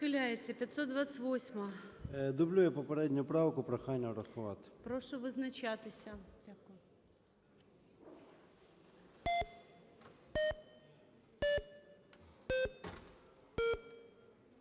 дублює попередні правки. Прохання врахувати.